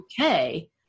okay